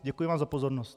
Děkuji vám za pozornost.